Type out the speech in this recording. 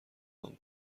نام